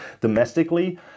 domestically